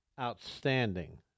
outstanding